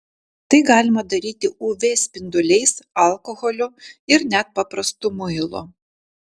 tai galima daryti uv spinduliais alkoholiu ir net paprastu muilu